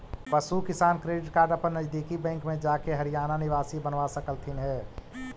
पशु किसान credit card अपन नजदीकी बैंक में जाके हरियाणा निवासी बनवा सकलथीन हे